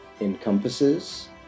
encompasses